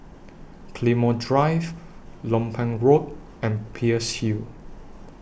Claymore Drive Lompang Road and Peirce Hill